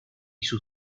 sus